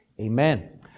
Amen